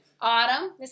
Autumn